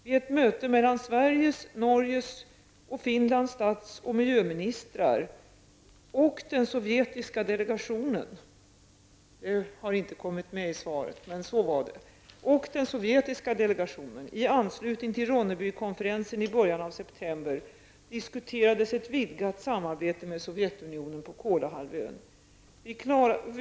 Vid ett möte mellan Sveriges, Norges och Finlands stats och miljöministrar och den sovjetiska delegationen i anslutning till Ronnebykonferensen i början av september diskuterades ett vidgat samarbete med Sovjetunionen på Kolahalvön.